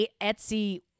Etsy